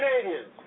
Canadians